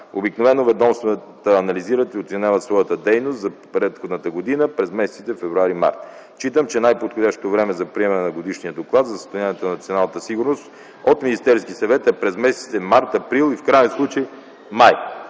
Обикновено ведомствата анализират и оценяват своята дейност за предходната година през месеците февруари и март. Считам, че най-подходящото време за приемане на годишния доклад за състоянието на националната сигурност от Министерския съвет е през месеците март, април и в краен случай май.